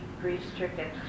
grief-stricken